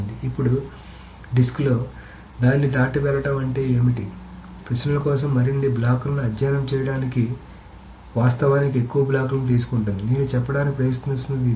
ఇప్పుడు డిస్క్లో దాన్ని దాటి వెళ్లడం అంటే ఏమిటి ప్రశ్నల కోసం మరిన్ని బ్లాక్లను అధ్యయనం చేయడానికి వాస్తవానికి ఎక్కువ బ్లాక్లను తీసుకుంటుంది నేను చెప్పడానికి ప్రయత్నిస్తున్నది ఇదే